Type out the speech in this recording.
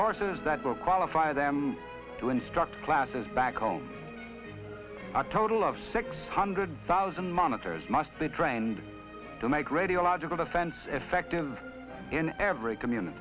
will qualify them to instruct classes back home a total of six hundred thousand monitors must be trained to make radiological defense if active in every community